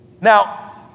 now